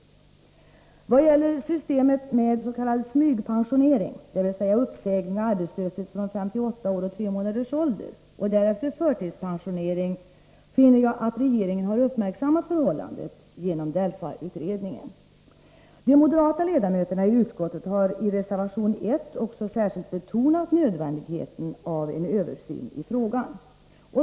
Vad gäller systemet med den s.k. smygpensioneringen, dvs. uppsägning och arbetslöshet från 58 år och tre månaders ålder och därefter förtidspensionering, finner jag att regeringen har uppmärksammat förhållandet genom DELFA-utredningen. De moderata ledamöterna i utskottet har i reservation 1 särskilt betonat nödvändigheten av utredning i frågan.